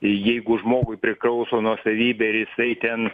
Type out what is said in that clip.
jeigu žmogui prikrauso nuosavybė ir jisai ten